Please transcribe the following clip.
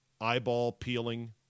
eyeball-peeling